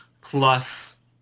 plus